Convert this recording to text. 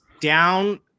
down